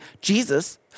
Jesus